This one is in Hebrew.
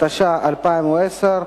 התש"ע 2010,